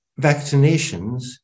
vaccinations